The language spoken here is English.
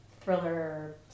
thriller